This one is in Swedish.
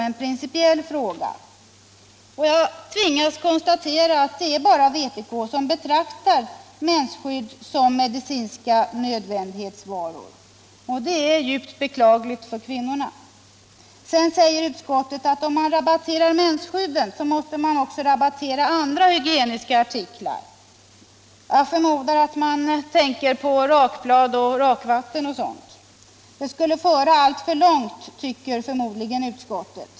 Det är djupt beklagligt att jag tvingas konstatera att det bara är vpk som betraktar mensskydden som medicinska nödvändighetsvaror för kvinnorna. Vidare säger utskottet att om man rabatterar mensskydden måste man även lämna rabatt på andra hygieniska artiklar. Jag förmodar att man då närmast tänker på rakblad, rakvatten och sådana saker. Det skulle föra alltför långt tycker kanske utskottet.